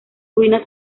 ruinas